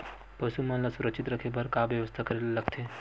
पशु मन ल सुरक्षित रखे बर का बेवस्था करेला लगथे?